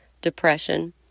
depression